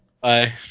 Bye